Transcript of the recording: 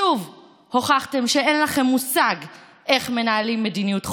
שוב הוכחתם שאין לכם מושג איך מנהלים מדיניות חוץ,